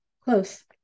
Close